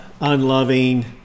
unloving